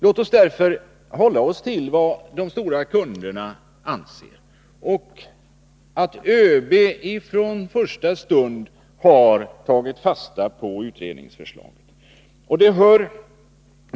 Låt oss i stället hålla oss till vad de stora kunderna anser och till att ÖB från första stund har tagit fasta på utredningsförslaget.